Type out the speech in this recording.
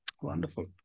Wonderful